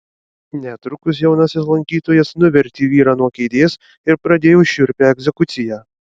netrukus jaunasis lankytojas nuvertė vyrą nuo kėdės ir pradėjo šiurpią egzekuciją